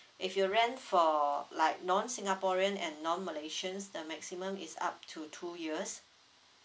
if you rent for like non singaporean and non malaysians the maximum is up to two years